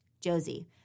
Josie